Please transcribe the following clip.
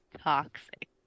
toxic